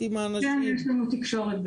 כן, יש לנו בהחלט תקשורת.